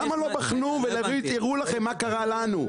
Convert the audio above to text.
למה לא בחנו ולהביא תראו לכם מה קרה לנו,